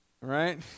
right